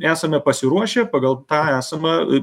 esame pasiruošę pagal tą esamą